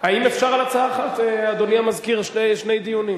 האם אפשר על הצעה אחת, אדוני המזכיר, שני דיונים?